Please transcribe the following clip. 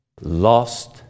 Lost